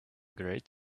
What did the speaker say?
great